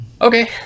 Okay